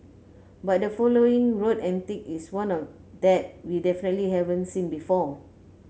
but the following road antic is one of that we definitely haven't seen before